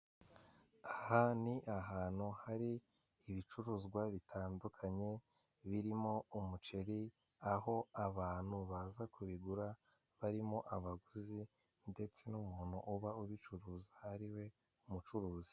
Aha ni ahantu hari ibicuruzwa bitandukanye, birimo umuceri, aho abantu baza kubigura barimo abaguzi ndetse n'umuntu uba ubicuruza ariwe umucuruzi.